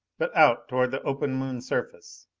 but out toward the open moon surface.